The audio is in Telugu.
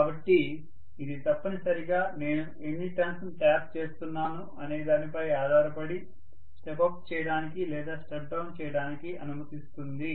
కాబట్టి ఇది తప్పనిసరిగా నేను ఎన్ని టర్న్స్ ట్యాప్ చేస్తున్నాను అనే దానిపై ఆధారపడి స్టెప్ అప్ చేయడానికి లేదా స్టెప్ డౌన్ చేయడానికి అనుమతిస్తుంది